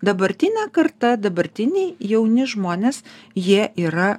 dabartinė karta dabartiniai jauni žmonės jie yra